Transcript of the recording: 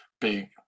big